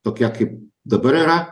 tokia kaip dabar yra